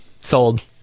sold